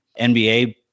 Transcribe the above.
NBA